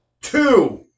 two